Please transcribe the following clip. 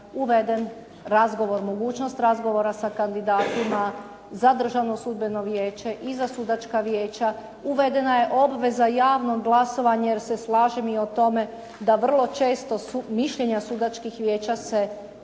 uvedena mogućnost razgovora sa kandidatima za Državno sudbeno vijeće i za sudačka vijeća, uvedena je obveza javnog glasovanja jer se slažem i o tome da vrlo često mišljenja sudačkih vijeća se svode